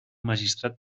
magistrat